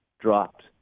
dropped